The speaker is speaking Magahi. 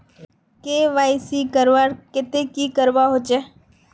के.वाई.सी करवार केते की करवा होचए?